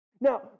Now